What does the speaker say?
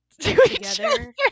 together